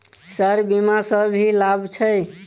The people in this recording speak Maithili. सर बीमा सँ की लाभ छैय?